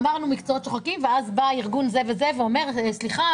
אמרנו מקצועות שוחקים ואז בא ארגון זה וזה ואמר סליחה,